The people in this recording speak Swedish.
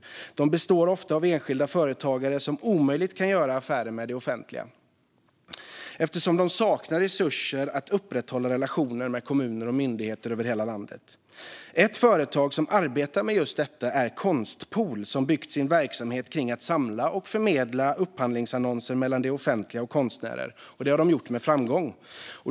De består ofta av enskilda företagare som omöjligt kan göra affärer med det offentliga, eftersom de saknar resurser att upprätthålla relationer med kommuner och myndigheter över hela landet. Ett företag som arbetar med just detta är Konstpool, som byggt sin verksamhet kring att samla upphandlingsannonser och förmedla mellan det offentliga och konstnärer. Det har de gjort med framgång.